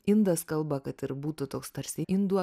indas kalba kad ir būtų toks tarsi indų